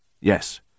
Yes